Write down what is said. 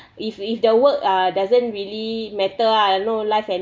if if the work uh doesn't really matter ah no life and